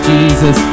Jesus